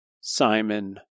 Simon